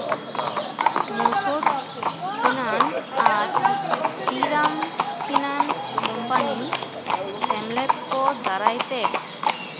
Muthoot finance ᱟᱨ Shriram finance company ᱥᱮᱢᱞᱮᱫ ᱠᱚ ᱫᱟᱨᱟᱭ ᱛᱮ